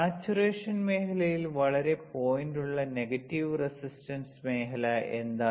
saturation മേഖലയിൽ വളരെ പോയിന്റുള്ള നെഗറ്റീവ് റെസിസ്റ്റൻസ് മേഖല എന്താണ്